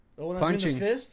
Punching